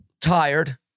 tired